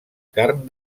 carn